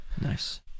nice